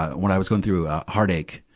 when i was going through heartache,